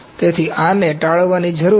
તેથી આને ટાળવાની જરૂર છે